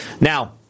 Now